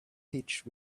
pitch